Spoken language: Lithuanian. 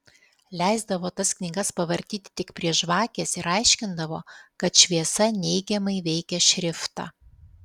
leisdavo tas knygas pavartyti tik prie žvakės ir aiškindavo kad šviesa neigiamai veikia šriftą